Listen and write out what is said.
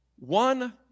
One